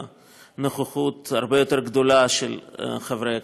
לנוכחות הרבה יותר גדולה של חברי הכנסת.